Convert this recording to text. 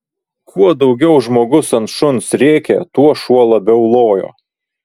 kuo daugiau žmogus ant šuns rėkė tuo šuo labiau lojo